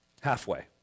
halfway